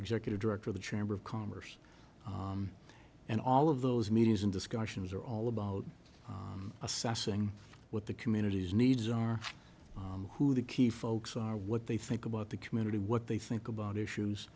executive director the chambre of commerce and all of those meetings and discussions are all about assessing what the communities needs are who the key folks are what they think about the community what they think about issues